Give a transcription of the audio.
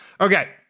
Okay